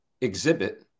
exhibit